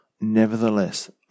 Nevertheless